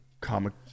Comic-